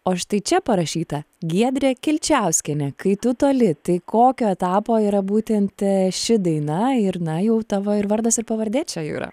o štai čia parašyta giedrė kilčiauskienė kai tu toli tai kokio etapo yra būtent ši daina ir na jau tavo ir vardas ir pavardė čia yra